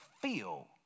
feel